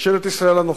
ממשלת ישראל הנוכחית,